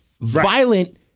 violent